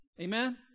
Amen